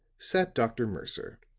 sat dr. mercer,